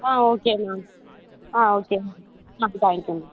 ah okay ma'am ah okay ma'am ah thank you ma'am